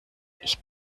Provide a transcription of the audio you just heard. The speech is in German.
ich